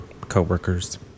co-workers